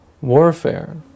warfare